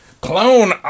Clone